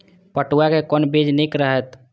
पटुआ के कोन बीज निक रहैत?